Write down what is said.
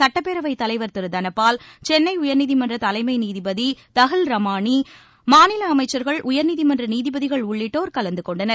சட்டப்பேரவைத் தலைவர் திரு தனபால் சென்னை உயர்நீதிமன்ற தலைமை நீதிபதி தஹில் ரமானி மாநில அமைச்சர்கள் உயர்நீதிமன்ற நீதிபதிகள் உள்ளிட்டோர் கலந்து கொண்டனர்